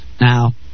Now